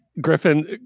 griffin